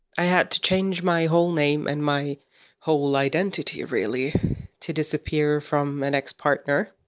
i had to change my whole name and my whole identity really to disappear from an ex partner,